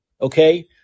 okay